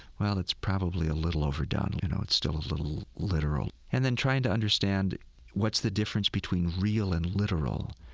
well, it's probably a little overdone. you know, it's still a little literal. and then trying to understand what's the difference between real and literal.